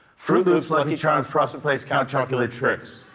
fruit loops, lucky charms, frosted flakes, count chocula, trix.